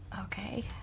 Okay